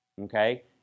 Okay